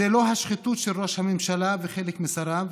זו לא השחיתות של ראש הממשלה וחלק משריו